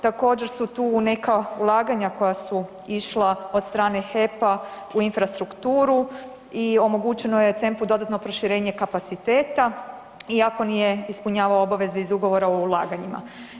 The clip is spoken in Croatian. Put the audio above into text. Također su tu neka ulaganja koja su išla od strane HEP-a u infrastrukturu i omogućeno je CEMP-u dodatno proširenje kapaciteta iako nije ispunjavao obaveze iz Ugovora o ulaganjima.